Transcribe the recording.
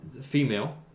female